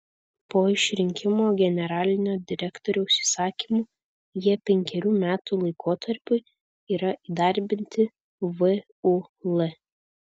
po išrinkimo generalinio direktoriaus įsakymu jie penkerių metų laikotarpiui yra įdarbinami vul